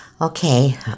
Okay